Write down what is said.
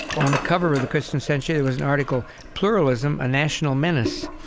on the cover of the christian century, there was an article, pluralism, a national menace.